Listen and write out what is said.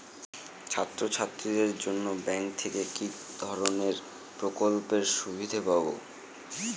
ছাত্রছাত্রীদের জন্য ব্যাঙ্ক থেকে কি ধরণের প্রকল্পের সুবিধে পাবো?